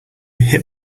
hit